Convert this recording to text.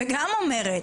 וגם אומרת,